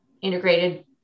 integrated